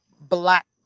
black